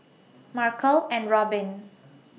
Markel and Robbin